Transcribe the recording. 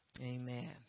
Amen